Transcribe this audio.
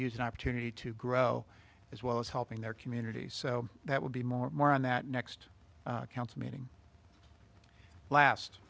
use an opportunity to grow as well as helping their community so that would be more more on that next council meeting last